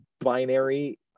binary